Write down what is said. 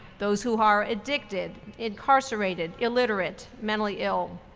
those who are addicted, incarcerated, illiterate, mentally ill.